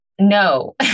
No